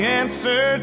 answer